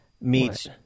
meets